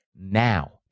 now